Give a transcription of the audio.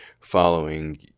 following